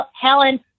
Helen